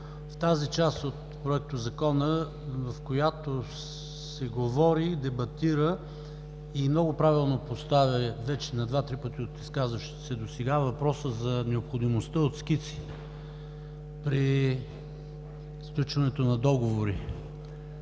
в тази част от Проектозакона, в която се говори, дебатира и много правилно поставя вече на два-три пъти от изказващите се досега въпросът за необходимостта от скици при сключването на договори.